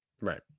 Right